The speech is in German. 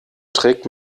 trägt